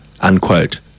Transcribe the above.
Unquote